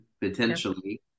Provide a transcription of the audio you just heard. potentially